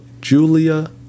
Julia